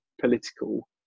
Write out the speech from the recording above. political